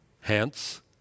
Hence